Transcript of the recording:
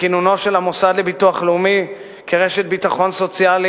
בכינונו של המוסד לביטוח לאומי כרשת ביטחון סוציאלי,